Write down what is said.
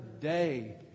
day